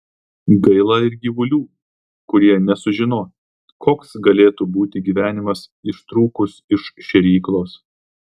gaila ir gyvulių kurie nesužino koks galėtų būti gyvenimas ištrūkus iš šėryklos